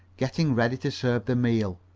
getting ready to serve the meal.